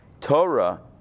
Torah